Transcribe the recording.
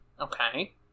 Okay